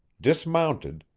dismounted,